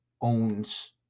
owns